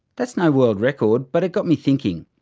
that's no world record, but it got me thinking.